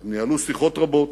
הם ניהלו שיחות רבות,